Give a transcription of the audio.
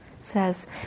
says